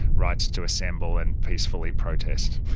rights to assemble and peacefully protest.